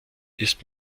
ist